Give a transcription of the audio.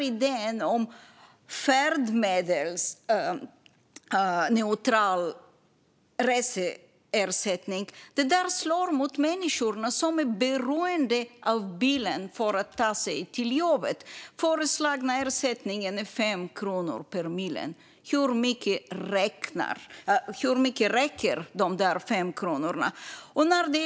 Idén om färdmedelsneutral reseersättning slår mot de människor som är beroende av bilen för att ta sig till jobbet. Den föreslagna ersättningen är 5 kronor per mil. Hur mycket räcker dessa 5 kronor till?